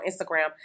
Instagram